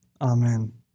amen